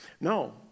No